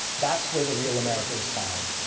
that's where the real america is found,